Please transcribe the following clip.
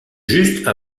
juste